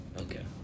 Okay